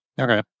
Okay